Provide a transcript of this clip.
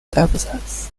absence